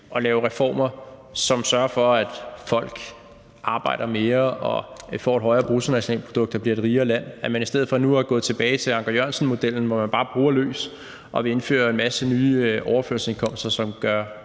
at lave reformer, som sørger for, at folk arbejder mere, og at vi får et højere bruttonationalprodukt og bliver et rigere land. Man er nu i stedet for gået tilbage til Anker Jørgensen-modellen, hvor man bare bruger løs og vil indføre en masse nye overførselsindkomster, som gør